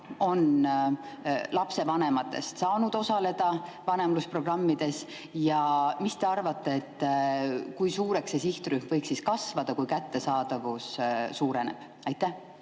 lapsevanematest on saanud osaleda vanemlusprogrammides. Ja mis te arvate, kui suureks see sihtrühm võiks siis kasvada, kui kättesaadavus suureneb? Aitäh!